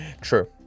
True